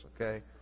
okay